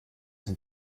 sind